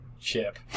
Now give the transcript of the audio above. Chip